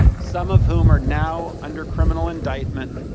some of whom are now under criminal indictment.